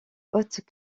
haute